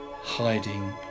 hiding